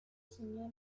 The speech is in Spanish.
señor